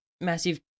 massive